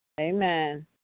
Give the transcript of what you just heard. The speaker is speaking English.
Amen